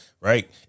right